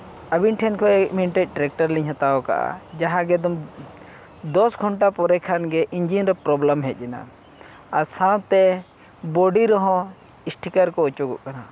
ᱟᱹᱵᱤᱱ ᱴᱷᱮᱱ ᱠᱷᱚᱱ ᱢᱤᱫᱴᱟᱱ ᱴᱨᱟᱠᱴᱚᱨ ᱞᱤᱧ ᱦᱟᱛᱟᱣ ᱟᱠᱟᱫᱼᱟ ᱡᱟᱦᱟᱸ ᱜᱮ ᱫᱚ ᱫᱚᱥ ᱜᱷᱚᱱᱴᱟ ᱯᱚᱨᱮ ᱠᱷᱟᱱ ᱜᱮ ᱤᱧᱡᱤᱱ ᱨᱮ ᱯᱨᱚᱵᱞᱮᱢ ᱦᱮᱡ ᱮᱱᱟ ᱟᱨ ᱥᱟᱶᱛᱮ ᱵᱚᱰᱤ ᱨᱮᱦᱚᱸ ᱤᱥᱴᱤᱠᱟᱨ ᱠᱚ ᱚᱪᱚᱜᱚ ᱠᱟᱱᱟ